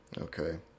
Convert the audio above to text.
Okay